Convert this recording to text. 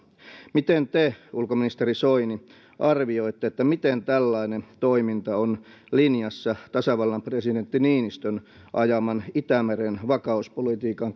miten te ulkoministeri soini arvioitte miten tällainen toiminta on linjassa tasavallan presidentti niinistön ajaman itämeren vakauspolitiikan